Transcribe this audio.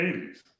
80s